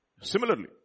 Similarly